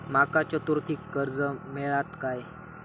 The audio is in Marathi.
माका चतुर्थीक कर्ज मेळात काय?